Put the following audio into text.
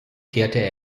kehrte